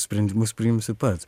sprendimus priimsi pats